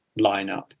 lineup